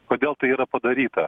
kodėl tai yra padaryta